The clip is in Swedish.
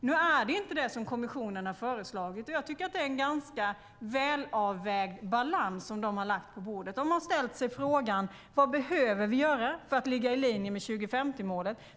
Nu är det inte det som kommissionen har föreslagit, och jag tycker att det är en ganska välavvägd balans i det som de lagt på bordet. De har ställt sig frågan: Vad behöver vi göra för att ligga i linje med 2050-målet?